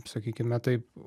sakykime taip